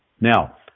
Now